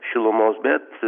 šilumos bet